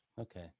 Okay